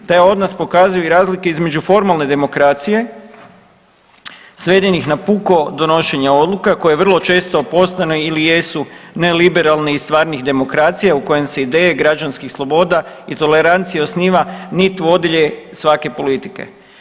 Taj odnos pokazuju i razlike između formalne demokracije svedenih na puko donošenje odluke koje vrlo često postanu ili jesu ne liberalne i stvarnih demokracija u kojem se ideje građanskih sloboda i tolerancije osniva nit vodilje svake politike.